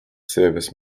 service